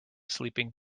sleeping